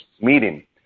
meeting